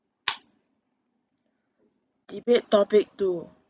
debate topic two